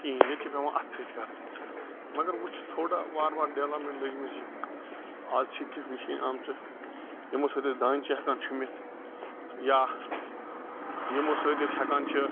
کِہیٖنۍ ییٚتہِ چھِ پیٚوان اَتھہٕ سۭتۍ کَرٕنۍ مگر وۄنۍ چھِ تھوڑا وارٕ وار ڈیٚولَپمیٚنٛٹ لٔجۍ مٕژ یِنۍ آز چھِ کیٚنٛہہ مِشیٖن آمژٕ یِمو سۭتۍ أسۍ دانہِ چھِ ہیٚکان چھوٚمبِتھ یا یِمو سۭتۍ أسۍ ہیٚکان چھِ